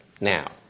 now